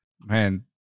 Man